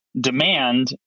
demand